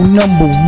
number